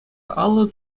алӑ